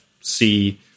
see